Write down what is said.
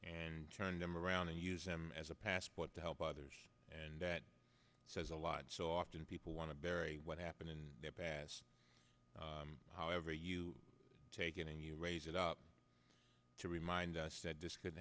and turned them around and used them as a passport to help others and that says a lot so often people want to bury what happened in their past however you take it and you raise it up to remind us that this could